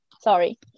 Sorry